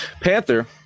panther